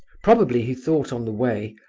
probably he thought, on the way,